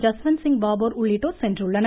ஜஸ்வந்த்சிங் பாபோர் உள்ளிட்டோர் சென்றுள்ளனர்